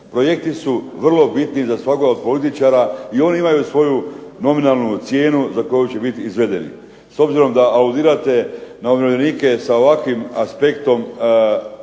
Projekti su vrlo bitni za svakoga političara i oni imaju svoju nominalnu cijelu za koju će biti izvedeni. S obzirom da aludirate na umirovljenike sa ovakvim aspektom